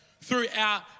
throughout